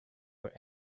were